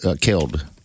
killed